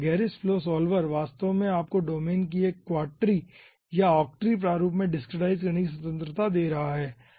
गेरिस flow solver वास्तव में आपको डोमेन को एक क्वाट्री या ऑक्ट्री प्रारूप में डिसक्रीटाईज करने की स्वतंत्रता दे रहा है